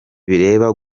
bireba